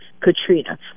Katrina